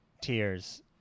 tears